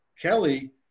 Kelly